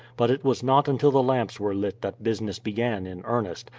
but it was not until the lamps were lit that business began in earnest,